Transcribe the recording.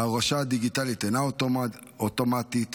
ההורשה הדיגיטלית אינה אוטומטית,